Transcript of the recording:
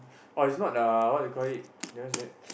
oh it's not uh what you call it the what's that